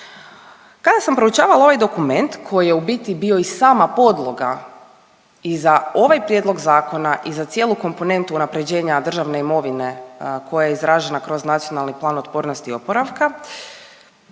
Kada sam proučavala ovaj dokument koji je u biti bio i sama podloga i za ovaj prijedlog zakona i za cijelu komponentu unaprjeđenja državne imovine koja je izražena kroz Nacionalni plan otpornosti i oporavka